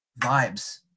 vibes